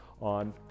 on